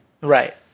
right